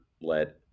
let